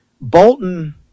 Bolton